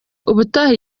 ubutaha